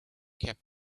kept